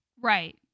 Right